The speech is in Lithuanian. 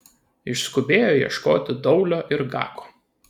išskubėjo ieškoti daulio ir gako